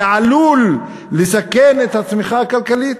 זה עלול לסכן את הצמיחה הכלכלית.